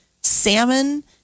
salmon